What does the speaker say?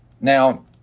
Now